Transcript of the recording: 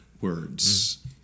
words